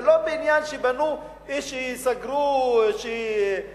זה לא עניין שבנו או שסגרו פרגולה,